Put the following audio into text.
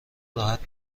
راحت